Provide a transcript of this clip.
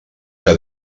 que